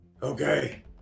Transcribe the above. Okay